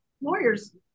lawyers